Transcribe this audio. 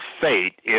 fate